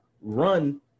run